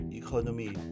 economy